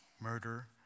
murder